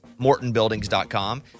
MortonBuildings.com